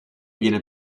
viene